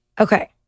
Okay